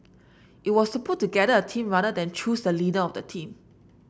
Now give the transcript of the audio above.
it was to put together a team rather than choose the leader of the team